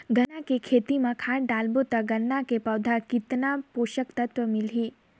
गन्ना के खेती मां खाद डालबो ता गन्ना के पौधा कितन पोषक तत्व मिलही?